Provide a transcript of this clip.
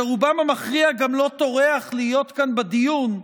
שרובם המכריע גם לא טורח להיות כאן בדיון,